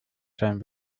sein